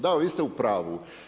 Da, vi ste u prvu.